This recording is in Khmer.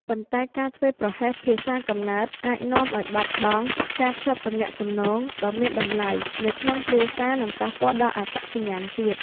ប៉ុន្តែការធ្វេសប្រហែសភាសាកំណើតអាចនាំឱ្យបាត់បង់ការភ្ជាប់ទំនាក់ទំនងដ៏មានតម្លៃនៅក្នុងគ្រួសារ និងប៉ះពាល់ដល់អត្តសញ្ញាណជាតិ។